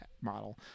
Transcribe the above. model